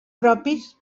propis